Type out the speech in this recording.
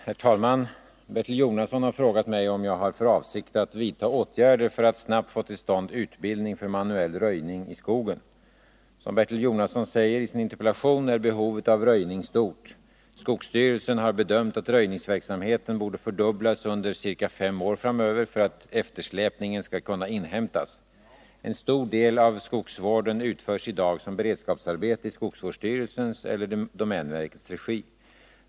Herr talman! Bertil Jonasson har frågat mig om jag har för avsikt att vidta åtgärder för att snabbt få till stånd utbildning för manuell röjning i skogen. Som Bertil Jonasson säger är behovet av röjning stort. Skogsstyrelsen har bedömt att röjningsverksamheten borde fördubblas under ca 5 år framöver för att eftersläpningen skall kunna inhämtas. En stor del av skogsvården utförs i dag som beredskapsarbete i skogsvårdsstyrelsens eller domänverkets regi.